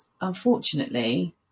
unfortunately